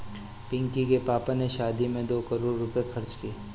पिंकी के पापा ने शादी में दो करोड़ रुपए खर्च किए